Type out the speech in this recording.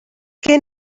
kin